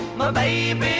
my name